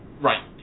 Right